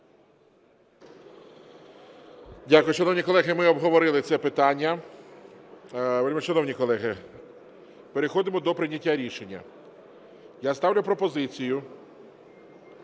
Дякую. Шановні колеги, ми обговорили це питання. Вельмишановні колеги, переходимо до прийняття рішення. Я ставлю пропозицію